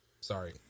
Sorry